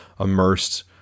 immersed